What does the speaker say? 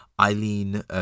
eileen